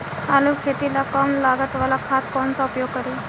आलू के खेती ला कम लागत वाला खाद कौन सा उपयोग करी?